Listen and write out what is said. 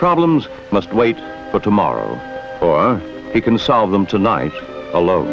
problems must wait for tomorrow or he can solve them tonight alo